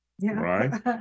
Right